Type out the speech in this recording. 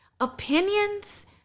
Opinions